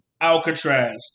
Alcatraz